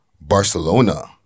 Barcelona